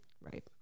Right